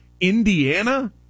Indiana